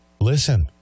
listen